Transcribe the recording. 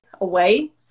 away